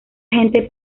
gente